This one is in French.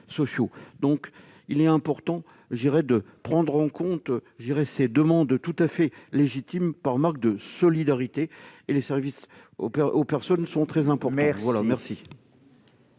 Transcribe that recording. donc important de prendre en compte ces demandes tout à fait légitimes, en signe de solidarité. Les services aux personnes sont très importants.